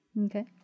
Okay